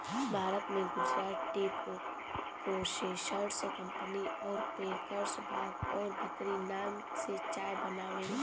भारत में Gujarat tea processors company अउर packers बाघ और बकरी नाम से चाय बनावेला